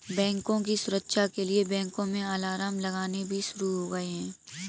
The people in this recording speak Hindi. बैंकों की सुरक्षा के लिए बैंकों में अलार्म लगने भी शुरू हो गए हैं